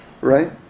right